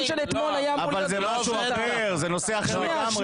זה משהו אחר, זה נושא אחר לגמרי.